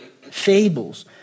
Fables